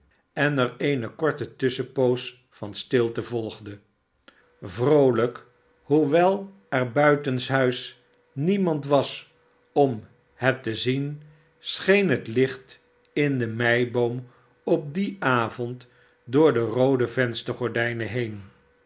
en er eene korte tusschenpoos van stilte volgde vroolijk hoewel er buitenshuis niemand was om het te zien scheen het licht in de meiboom op dien avond door de roode venstergordijnen heen